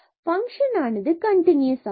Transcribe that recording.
மற்றும் பங்க்ஷன்function ஆனது கண்டினுயஸ் ஆகும்